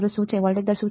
input voltage દર શું છે